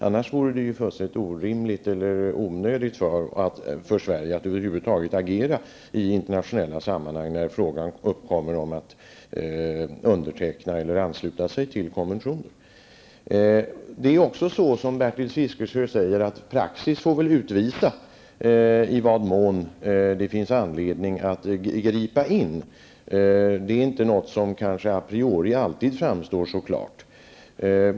Annars vore det ju fullständigt onödigt för Sverige att över huvud taget agera i internationella sammanhang när fråga uppkommer om att underteckna eller ansluta sig till konventioner. Det är också så, som Bertil Fiskesjö säger, att praxis får utvisa i vad mån det finns anledning att gripa in. Det är inte någonting som a priori alltid framgår så klart.